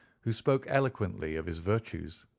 who spoke eloquently of his virtues.